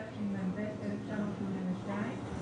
התשמ"ב-1982,